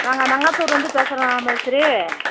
நாங்கள் நங்கத்தூர்லேருந்து பேசுகிறோம் மேஸ்திரி